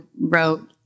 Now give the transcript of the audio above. wrote